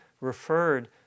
referred